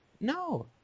No